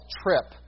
trip